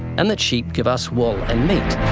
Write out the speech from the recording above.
and that sheep give us wool and meat.